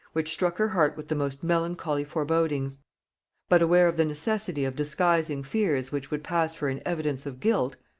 which struck her heart with the most melancholy forebodings but aware of the necessity of disguising fears which would pass for an evidence of guilt,